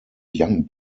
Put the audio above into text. young